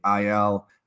IL